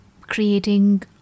creating